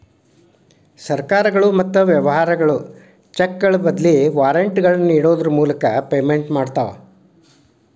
ಸರ್ಕಾರಗಳು ಮತ್ತ ವ್ಯವಹಾರಗಳು ಚೆಕ್ಗಳ ಬದ್ಲಿ ವಾರೆಂಟ್ಗಳನ್ನ ನೇಡೋದ್ರ ಮೂಲಕ ಪೇಮೆಂಟ್ ಮಾಡ್ತವಾ